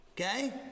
Okay